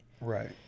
Right